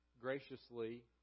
graciously